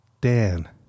Dan